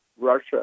Russia